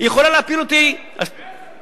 היא יכולה להפיל אותי, צודק,